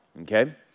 okay